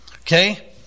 Okay